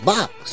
Box